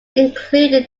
included